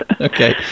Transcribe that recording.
okay